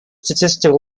statistical